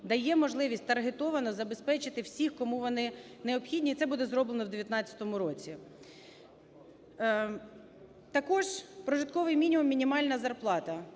дає можливість таргетовано забезпечити всіх, кому вони необхідні. Це буде зроблено в 2019 році. Також прожитковий мінімум, мінімальна зарплата.